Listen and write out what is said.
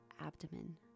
abdomen